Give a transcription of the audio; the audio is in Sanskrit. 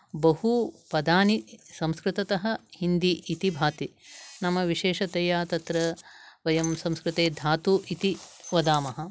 बहुपदानि संस्कृततः हिन्दी इति भाति नाम विशेषतया तत्र वयंं संस्कृते धातु इति वदामः